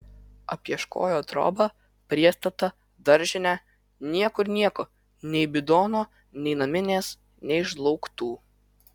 apieškojo trobą priestatą daržinę niekur nieko nei bidono nei naminės nei žlaugtų